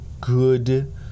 good